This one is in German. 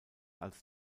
als